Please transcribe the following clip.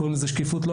קוראים לזה שקיפות.